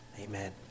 Amen